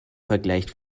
vergleicht